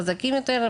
חזקים יותר,